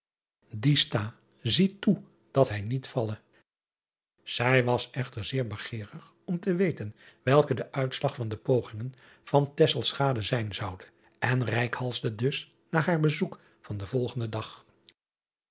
ie sta zie toe dat hij niet valle ij was echter zeer begeerig om te weten welke de uitslag van de pogingen van zijn zoude en reikhalsde dus naar haar bezoek van den volgenden dag